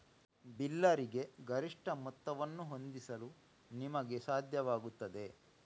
ಬಿಲ್ಲರಿಗೆ ಗರಿಷ್ಠ ಮೊತ್ತವನ್ನು ಹೊಂದಿಸಲು ನಿಮಗೆ ಸಾಧ್ಯವಾಗುತ್ತದೆ